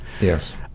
Yes